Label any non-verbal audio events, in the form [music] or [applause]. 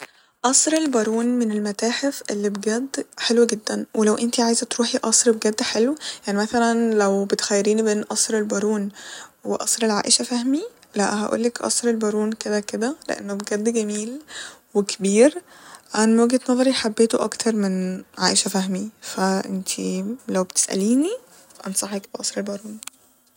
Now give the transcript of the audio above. قصرالبارون من المتاحف اللي بجد حلوة جدا ، ولو انتي عايزه تروحي قصر بجد حلو يعني مثلا لو بتخيريني بين قصر البارون وقصر العائشة فهمي لا هقولك قصر البارون كده كده لإنه بجد جميل وكبير عن وجهة نظري حبيته أكتر من [hesitation] عائشة فهمي ف انتي لو بتسأليني أنصحك بقصر بارون